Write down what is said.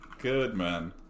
Goodman